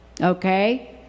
Okay